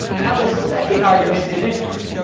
now, this second argument is interesting.